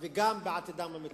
וגם בעתידם המקצועי.